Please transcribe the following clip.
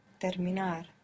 Terminar